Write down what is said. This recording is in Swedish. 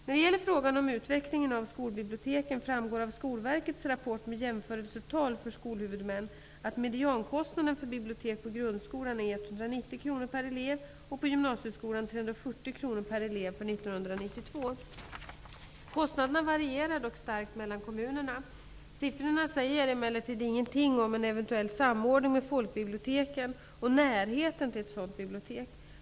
När det gäller frågan om utvecklingen av skolbiblioteken framgår av Skolverkets rapport med jämförelsetal för skolhuvudmän att mediankostnaden för bibliotek på grundskolan är Kostnaderna varierar dock starkt mellan kommunerna. Siffrorna säger emellertid ingenting om en eventuell samordning med folkbiblioteken och närheten till ett sådant bibliotek.